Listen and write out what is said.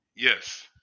Yes